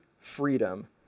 freedom